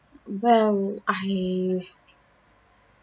well I